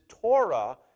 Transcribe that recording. Torah